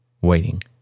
waiting